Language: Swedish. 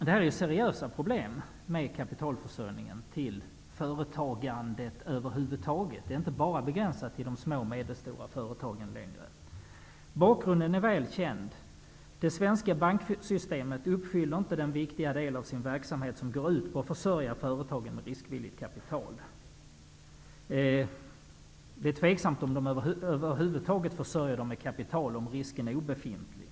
Det finns seriösa problem med kapitalförsörjningen till företagandet över huvud taget. De är inte längre enbart begränsade till de små och medelstora företagen. Bakgrunden är väl känd. Det svenska banksystemet uppfyller inte den viktiga del av sin verksamhet som går ut på att försörja företagen med riskvilligt kapital. Det är tveksamt om de över huvud taget försörjer dem med kapital om inte riskerna är obefintliga.